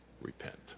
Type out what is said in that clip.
repent